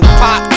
pop